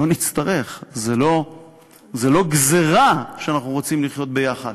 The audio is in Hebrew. לא "נצטרך", זאת לא גזירה, אנחנו רוצים לחיות יחד,